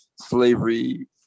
slavery